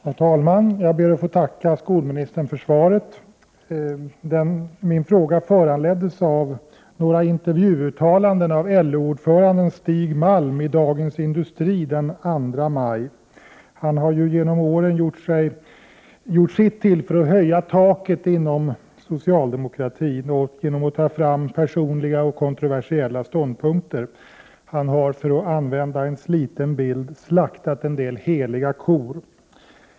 Herr talman! Jag ber att få tacka skolministern för svaret. Min fråga är föranledd av några uttalanden av LO-ordföranden Stig Malm i Dagens Industri den 2 maj. Stig Malm har genom åren gjort sitt för att höja taket inom socialdemokratin genom att uttala personliga och kontroversiella ståndpunkter. Han har, för att använda en sliten bild, slaktat en del heliga kor.